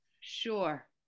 Sure